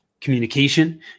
communication